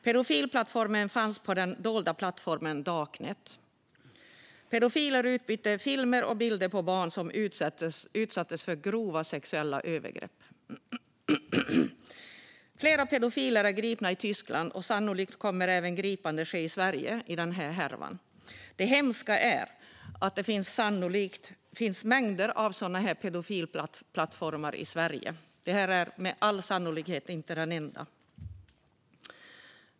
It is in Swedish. Pedofilplattformen fanns på den dolda plattformen darknet, och pedofilerna utbytte filmer och bilder på barn som utsattes för grova sexuella övergrepp. Flera pedofiler är gripna i Tyskland, och sannolikt kommer även gripanden att ske i Sverige i denna härva. Det hemska är att det troligen finns mängder av såna här pedofilplattformar i Sverige. Det här är med all sannolikhet inte den enda.